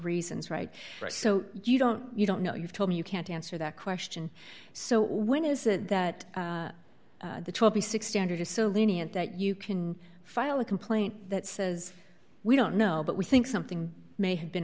reasons right so you don't you don't know you've told me you can't answer that question so when is it that the twenty six standard is so lenient that you can file a complaint that says we don't know but we think something may have been